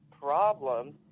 problems